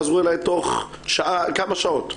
חזרו אליי תוך כמה שעות.